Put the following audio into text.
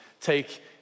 take